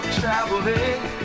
traveling